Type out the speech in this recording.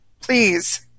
please